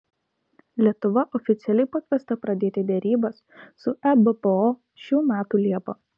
lietuva oficialiai pakviesta pradėti derybas su ebpo šių metų liepą